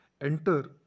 enter